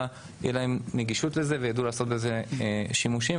תהיה נגישות ויידעו לעשות בזה שימושים.